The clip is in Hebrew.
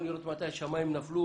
למדתי שהשמים לא